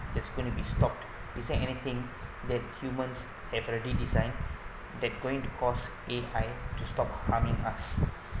that's gonna to be stop is that anything that humans have already designed that going to cause A_I to stop harming us